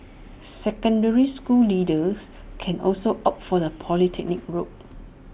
secondary school leavers can also opt for the polytechnic route